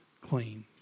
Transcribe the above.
clean